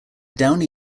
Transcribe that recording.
downy